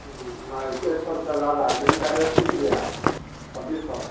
नहीं एक सौ रुपया ज़्यादा है गेहूँ का रेट टूट गया है छब्बीस सौ है